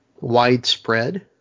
widespread